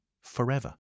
forever